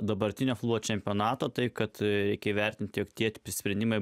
dabartinio futbolo čempionato tai kad reikia įvertinti tiek kiek sprendimai